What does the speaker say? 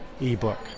ebook